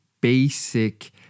basic